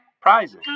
prizes